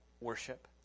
worship